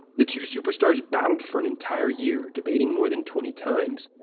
the two superstars battled for an entire year, debating more than twenty times.